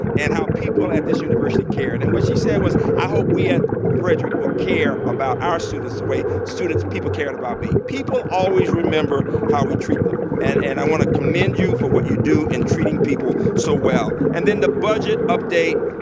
and how people at this university cared. and what she said was, i hope we at frederick will care about our students the way students, people cared about me. people always remember how we treat them. and and i want to commend you for what you do in treating people so well. and then the budget update.